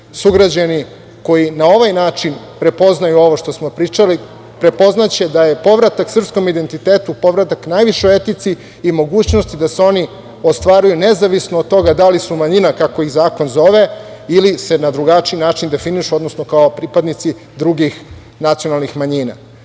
sugrađani koji na ovaj način prepoznaju ovo što smo pričali, prepoznaće da je povratak srpskom identitetu povratak najvišoj etici i mogućnosti da se oni ostvaruju, nezavisno od toga da li su manjina, kako ih zakon zove, ili se na drugačiji način definišu, odnosno kao pripadnici drugih nacionalnih manjina.U